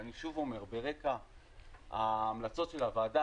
ואני שוב אומר: ברקע ההמלצות של הוועדה